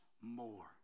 more